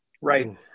right